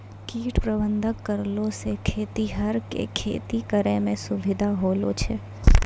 कीट प्रबंधक करलो से खेतीहर के खेती करै मे सुविधा होलो छै